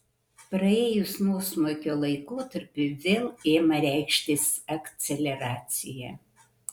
praėjus nuosmukio laikotarpiui vėl ima reikštis akceleracija